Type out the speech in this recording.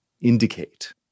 indicate